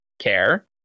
care